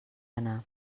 anar